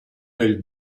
del